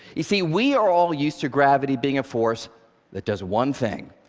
you see, we are all used to gravity being a force that does one thing,